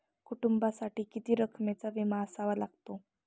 कुटुंबासाठी किती रकमेचा विमा असावा लागतो?